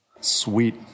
Sweet